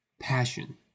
passion